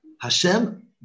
Hashem